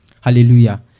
Hallelujah